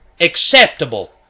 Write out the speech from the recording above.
acceptable